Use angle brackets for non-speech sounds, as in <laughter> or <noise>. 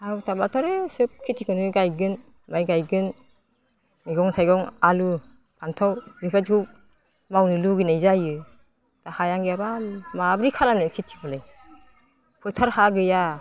<unintelligible> सोब खेथिखौनो गायगोन माइ गायगोन मैगं थाइगं आलु फानथाव बेबायदिखौ मावनो लुगैनाय जायो हायानो गैयाबा माब्रै खालामनो खेथिखौलाय फोथार गैया हा गैया